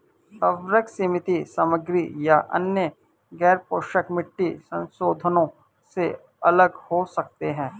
उर्वरक सीमित सामग्री या अन्य गैरपोषक मिट्टी संशोधनों से अलग हो सकते हैं